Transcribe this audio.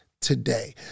today